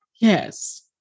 Yes